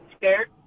scared